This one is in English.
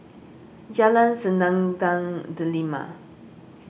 Jalan Selendang Delima